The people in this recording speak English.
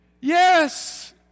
Yes